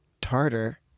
tartar